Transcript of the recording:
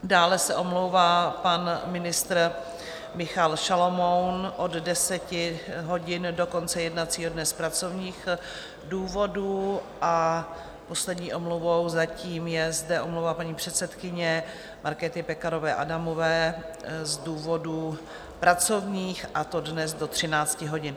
Dále se omlouvá pan ministr Michal Šalomoun od 10 hodin do konce jednacího dne z pracovních důvodů a poslední omluvou je zde zatím omluva paní předsedkyně Markéty Pekarové Adamové z důvodů pracovních, a to dnes do 13 hodin.